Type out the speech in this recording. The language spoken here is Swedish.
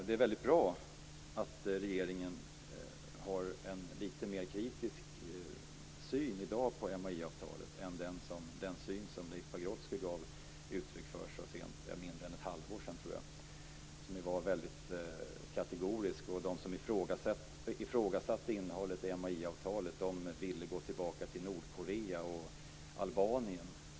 Det är väldigt bra att regeringen har en litet mer kritisk syn i dag på MAI-avtalet än den syn som Leif Pagrotsky gav uttryck för så sent som mindre än ett halvår sedan. Den var väldigt kategorisk. De som ifrågasatte innehållet i MAI-avtalet ville gå tillbaka till hur det är i Nordkorea och Albanien.